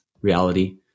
reality